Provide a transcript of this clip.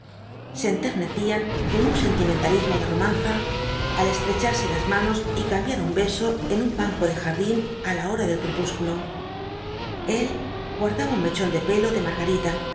se enternecían con un sentimentalismo de romanza al estrecharse las manos y cambiar un beso en un banco de jardín á la hora del crupúsculo el guardaba un mechón de pelo de margarita